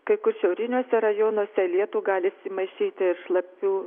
kai kur šiauriniuose rajonuose į lietų gali įsimaišyti ir šlapių